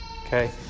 Okay